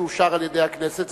שאושר על-ידי הכנסת,